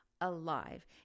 alive